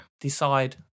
Decide